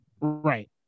right